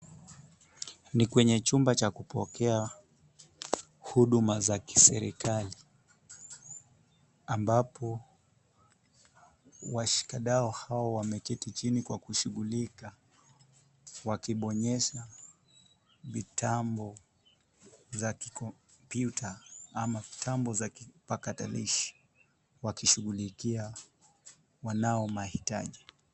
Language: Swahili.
Ni kwenye chumba cha kupokea huduma za kiserikali, ambapo washikadau hawa wameketi chini kwa kushughulika, wakibonyeza vitambo za kikompyuta ama vitambo za kipatakilishi wakishughulikia wanao mahitaji.